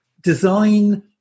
design